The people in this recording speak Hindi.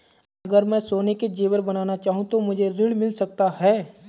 अगर मैं सोने के ज़ेवर बनाना चाहूं तो मुझे ऋण मिल सकता है?